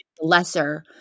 lesser